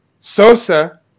Sosa